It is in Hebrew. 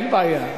אין בעיה.